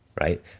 right